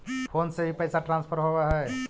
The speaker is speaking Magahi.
फोन से भी पैसा ट्रांसफर होवहै?